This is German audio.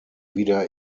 wieder